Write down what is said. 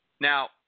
Now